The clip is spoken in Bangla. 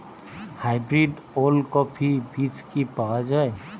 হাইব্রিড ওলকফি বীজ কি পাওয়া য়ায়?